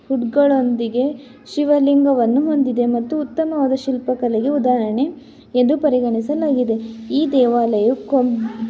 ಹುಡ್ಗೊಳೊಂದಿಗೆ ಶಿವಲಿಂಗವನ್ನು ಹೊಂದಿದೆ ಮತ್ತು ಉತ್ತಮವಾದ ಶಿಲ್ಪಕಲೆಗೆ ಉದಾಹರಣೆ ಎಂದು ಪರಿಗಣಿಸಲಾಗಿದೆ ಈ ದೇವಾಲಯವು ಕೊಂ